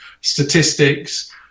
statistics